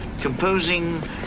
Composing